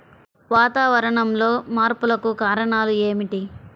వాతావరణంలో మార్పులకు కారణాలు ఏమిటి?